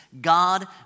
God